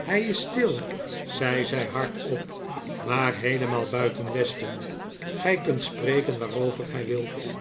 hij is stil zei zij hardop maar heelemaal buiten westen gij kunt spreken waarover gij wilt